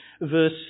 verse